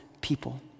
people